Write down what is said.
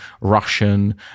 Russian